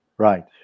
Right